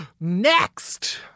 Next